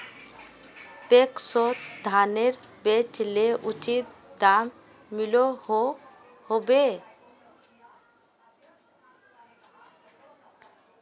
पैक्सोत धानेर बेचले उचित दाम मिलोहो होबे?